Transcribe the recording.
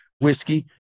whiskey